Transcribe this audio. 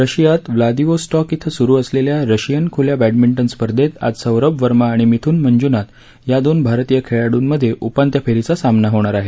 रशियात व्लादिवोस्टॉक ॐ सुरु असलेल्या रशियन खुल्या बॅडमिंटन स्पर्धेत आज सौरभ वर्मा आणि मिथून मंजूनाथ या दोन भारतीय खेळाडूंमध्ये उपांत्य फेरीचा सामना होणार आहे